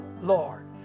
Lord